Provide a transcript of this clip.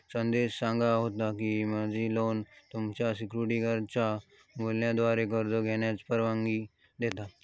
संदेश सांगा होतो की, मार्जिन लोन तुमका सिक्युरिटीजच्या मूल्याविरुद्ध कर्ज घेण्याची परवानगी देता